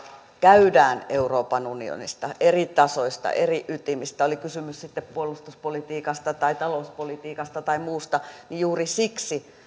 käydään euroopan unionista eri tasoista eri ytimistä oli kysymys sitten puolustuspolitiikasta tai talouspolitiikasta tai muusta juuri siksi